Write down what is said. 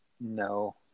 No